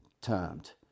termed